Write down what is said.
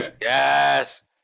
Yes